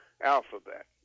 alphabet